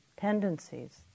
tendencies